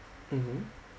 mmhmm